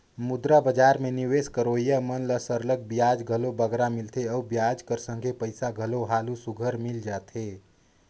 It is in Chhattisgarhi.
मुद्रा बजार में निवेस करोइया मन ल सरलग बियाज घलो बगरा मिलथे अउ बियाज कर संघे पइसा घलो हालु सुग्घर मिल जाथे